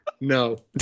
No